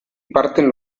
parten